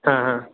हां हां